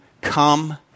come